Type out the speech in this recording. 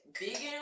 vegan